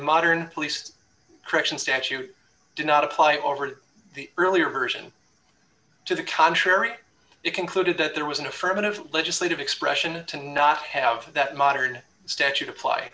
modern police correction statute do not apply over the earlier version to the contrary it concluded that there was an affirmative legislative expression to not have that modern statute apply